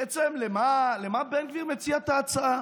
בעצם למה בן גביר מציע את ההצעה?